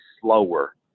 slower